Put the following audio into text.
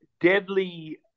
deadly